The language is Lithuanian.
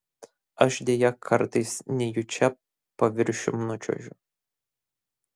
aš deja kartais nejučia paviršium nučiuožiu